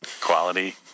Quality